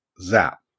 Zap